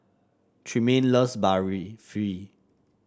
Tremaine loves Barfi